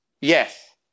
Yes